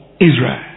Israel